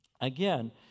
Again